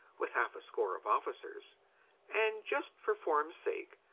with half a score of officers and just for form's sake,